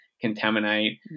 contaminate